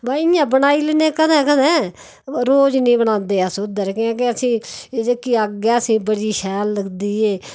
पर इयां बनाई लैन्ने आं कदें कदें रोज नेईं बनांदे अस ओहदे र कियां के जेहकी अग्ग ऐ असेंगी बड़ी शैल लगदी ऐ